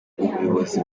ubuyobozi